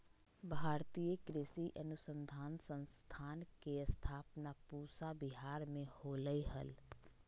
भारतीय कृषि अनुसंधान संस्थान के स्थापना पूसा विहार मे होलय हल